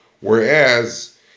whereas